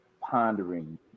pondering